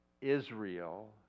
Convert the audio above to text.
Israel